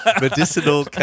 Medicinal